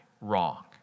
wrong